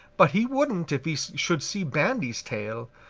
but he wouldn't if he should see bandy's tail.